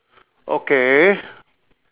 okay